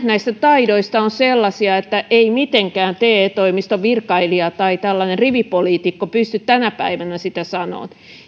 näistä taidoista ovat sellaisia että ei mitenkään te toimiston virkailija tai tällainen rivipoliitikko pysty tänä päivänä sitä sanomaan